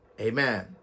Amen